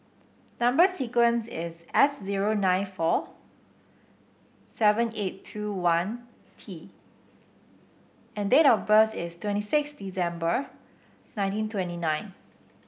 number sequence is S zero nine four seven eight two one T and date of birth is twenty six December nineteen twenty nine